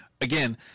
again